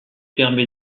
permet